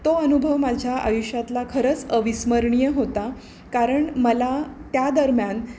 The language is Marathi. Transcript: तो अनुभव माझ्या आयुष्यातला खरंच अविस्मरणीय होता कारण मला त्या दरम्यान